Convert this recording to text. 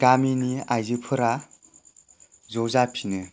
गामिनि आइजोफोरा ज' जाफिनो